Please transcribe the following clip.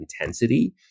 intensity